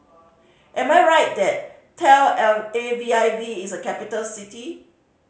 am I right that Tel L A V I V is a capital city